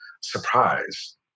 surprise